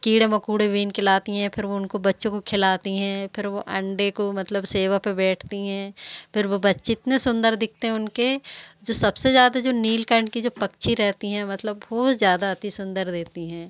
कीड़े मकोड़े बिनकर लाती हैं फ़िर वह उनको बच्चों को खिलाती हैं फ़िर वह अंडे को मतलब सेवा पर बैठती हैं फ़िर वह बच्चे इतने सुन्दर दिखते हैं उनके जो सबसे ज़्यादा जो नीलकंठ की जो पक्षी रहती हैं मतलब बहुत ज़्यादा अति सुन्दर देती हैं